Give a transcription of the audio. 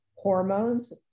hormones